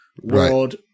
world